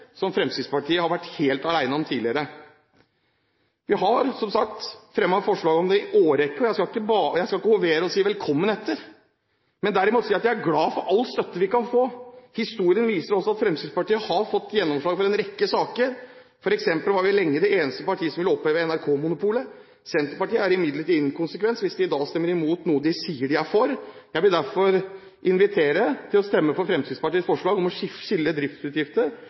som Fremskrittspartiet har vært helt alene om tidligere. Vi har som sagt fremmet forslag om dette i en årrekke. Jeg skal ikke hovere og si «velkommen etter», men derimot si at jeg er glad for all støtte vi kan få. Historien viser også at Fremskrittspartiet har fått gjennomslag for en rekke saker, f.eks. var vi lenge det eneste partiet som ville oppheve NRK-monopolet. Senterpartiet er imidlertid inkonsekvent hvis de i dag stemmer imot noe de sier at de er for. Jeg vil derfor invitere til å stemme for Fremskrittspartiets forslag om å skille driftsutgifter